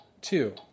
two